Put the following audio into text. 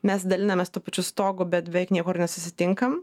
mes dalinamės tuo pačiu stogu bet beveik niekur nesusitinkam